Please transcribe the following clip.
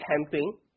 camping